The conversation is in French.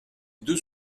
deux